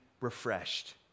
refreshed